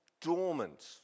dormant